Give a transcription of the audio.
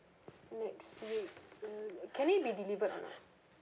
next week mm can it be delivered or not